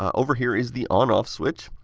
over here is the on off switch.